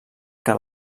que